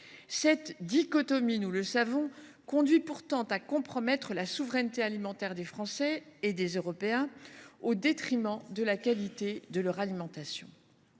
Cette dichotomie, nous le savons, conduit pourtant à compromettre la souveraineté alimentaire des Français et des Européens, au détriment de la qualité de leur alimentation.